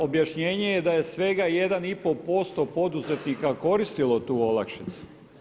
Objašnjenje je da je svega 1,5% poduzetnika koristilo tu olakšicu.